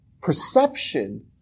perception